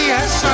Yes